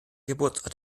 geburtsort